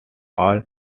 all